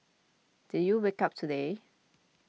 did you wake up today